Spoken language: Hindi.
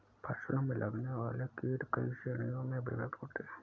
फसलों में लगने वाले कीट कई श्रेणियों में विभक्त होते हैं